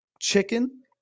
chicken